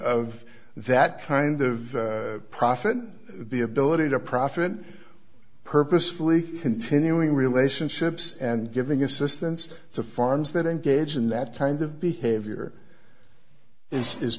of that kind of profit the ability to profit purposefully continuing relationships and giving assistance to farms that engage in that kind of behavior is